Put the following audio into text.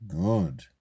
Good